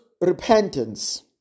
repentance